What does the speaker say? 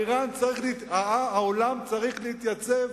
העולם צריך להתייצב